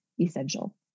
Essential